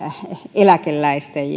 eläkeläisten